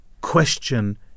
question